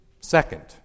Second